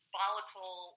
volatile